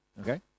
Okay